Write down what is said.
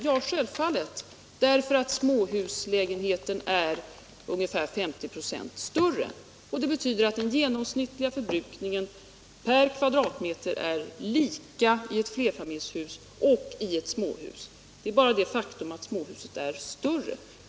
Ja, självfallet är det så, för småhuslägenheten är ungefär 50 96 större. Det betyder att den genomsnittliga förbrukningen per kvadratmeter är lika i ett fler 85 Om ökad rättvisa i familjshus och i ett småhus. Faktum är bara att småhuset är större.